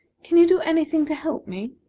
can you do any thing to help me?